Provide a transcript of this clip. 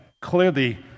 clearly